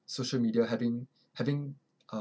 social media having having uh